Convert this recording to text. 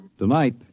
Tonight